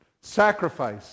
Sacrifice